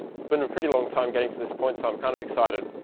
it's been a pretty long time getting to this point so i'm kind of excited.